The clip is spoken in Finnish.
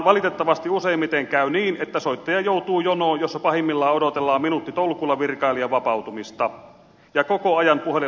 valitettavasti useimmiten käy niin että soittaja joutuu jonoon jossa pahimmillaan odotellaan minuuttitolkulla virkailijan vapautumista ja koko ajan puhelinlaskuri käy